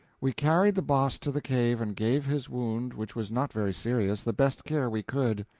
we carried the boss to the cave and gave his wound, which was not very serious, the best care we could.